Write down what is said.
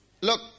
Look